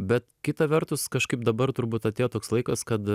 bet kita vertus kažkaip dabar turbūt atėjo toks laikas kad